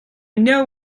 know